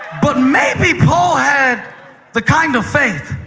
but maybe paul had the kind of faith